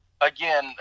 again